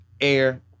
air